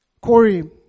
Corey